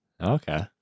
Okay